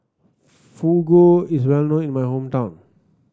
fugu is well known in my hometown